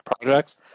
projects